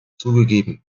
zugegeben